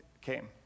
came